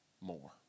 more